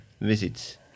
visits